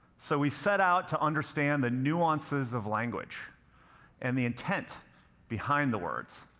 so we set out to understand the nuances of language and the intent behind the words.